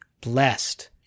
blessed